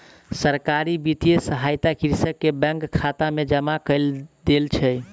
सरकार वित्तीय सहायता कृषक के बैंक खाता में जमा कय देने छै